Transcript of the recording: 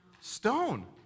Stone